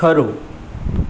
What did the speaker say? ખરું